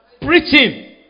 Preaching